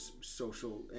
social